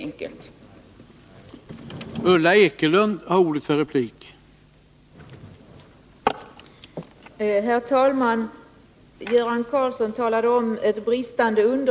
Onsdagen den